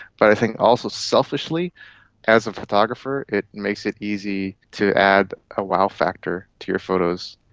but i think also selfishly as a photographer it makes it easy to add a wow factor to your photos.